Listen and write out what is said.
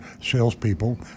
salespeople